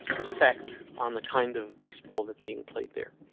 affect on the kind of baseball that's being played there,